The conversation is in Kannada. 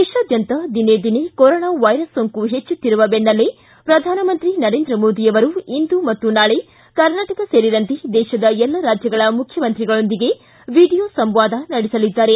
ದೇಶಾದ್ಯಂತ ದಿನೇ ದಿನೇ ಕೊರೊನಾ ವೈರಸ್ ಸೋಂಕು ಹೆಚ್ಚುತ್ತಿರುವ ಬೆನ್ನಲ್ಲೇ ಪ್ರಧಾನಮಂತ್ರಿ ನರೇಂದ್ರ ಮೋದಿ ಅವರು ಇಂದು ಮತ್ತು ನಾಳೆ ಕರ್ನಾಟಕ ಸೇರಿದಂತೆ ದೇಶದ ಎಲ್ಲ ರಾಜ್ಯಗಳ ಮುಖ್ಯಮಂತ್ರಿಗಳೊಂದಿಗೆ ವಿಡಿಯೋ ಸಂವಾದ ನಡೆಸಲಿದ್ದಾರೆ